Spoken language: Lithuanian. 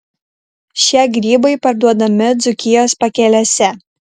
šie grybai parduodami dzūkijos pakelėse